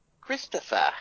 Christopher